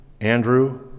Andrew